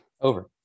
Over